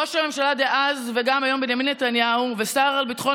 ראש הממשלה דאז וגם היום בנימין נתניהו והשר לביטחון